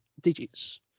digits